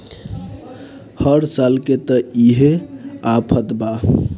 हर साल के त इहे आफत बा